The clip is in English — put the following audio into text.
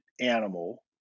animal